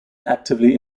actively